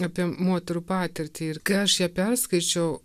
apie moterų patirtį ir kai aš ją perskaičiau